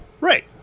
Right